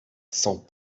sans